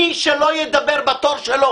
מי שלא ידבר בתור שלו